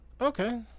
Okay